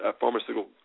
pharmaceutical